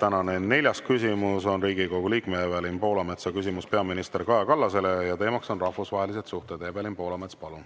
Tänane neljas küsimus on Riigikogu liikme Evelin Poolametsa küsimus peaminister Kaja Kallasele ja teema on rahvusvahelised suhted. Evelin Poolamets, palun!